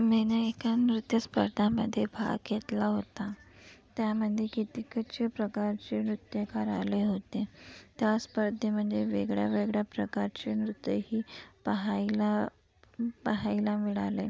मीने एका नृत्यस्पर्धामध्ये भाग घेतला होता त्यामध्ये कितीकच प्रकारचे नृत्यकार आले होते त्या स्पर्धेमध्ये वेगळ्या वेगळ्या प्रकारचे नृत्यही पहायला पहायला मिळाले